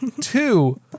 Two